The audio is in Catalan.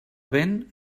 vent